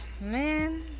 Man